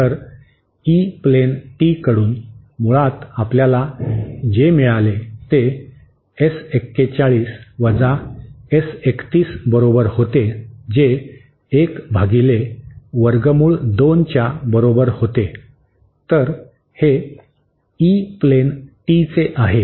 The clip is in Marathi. तर ई प्लेन टीकडून मुळात आपल्याला जे मिळाले ते एस 41 वजा एस 31 बरोबर होते जे एक भागिले वर्गमूळ 2 च्या बरोबर होते तर हे ई प्लेन टीचे आहे